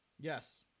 Yes